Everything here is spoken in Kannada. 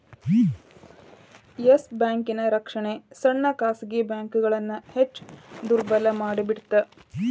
ಎಸ್ ಬ್ಯಾಂಕಿನ್ ರಕ್ಷಣೆ ಸಣ್ಣ ಖಾಸಗಿ ಬ್ಯಾಂಕ್ಗಳನ್ನ ಹೆಚ್ ದುರ್ಬಲಮಾಡಿಬಿಡ್ತ್